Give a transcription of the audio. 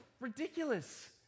ridiculous